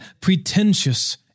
pretentious